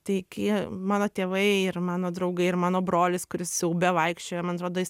tai kai mano tėvai ir mano draugai ir mano brolis kuris siaube vaikščiojo man atrodo jis